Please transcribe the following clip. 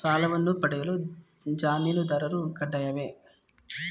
ಸಾಲವನ್ನು ಪಡೆಯಲು ಜಾಮೀನುದಾರರು ಕಡ್ಡಾಯವೇ?